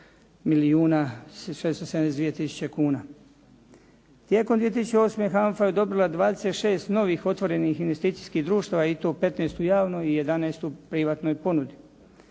milijuna 672 tisuće kuna. Tijekom 2008. HANFA je odobrila 26 novih otvorenih investicijskih društava i to 15 u javnoj i 11 u privatnoj ponudi.